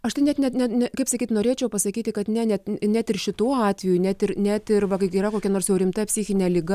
aš tai net ne ne kaip sakyt norėčiau pasakyti kad ne ne net ir šituo atveju net ir net ir va kai yra kokia nors jau rimta psichinė liga